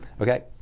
Okay